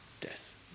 death